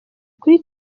kuri